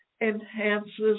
enhances